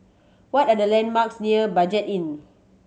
what are the landmarks near Budget Inn